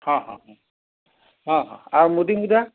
ହଁ ହଁ ହଁ ହଁ ଆଉ ମୁଦି ମୁଦା